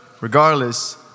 regardless